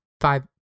five